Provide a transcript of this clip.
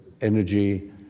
energy